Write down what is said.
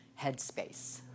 headspace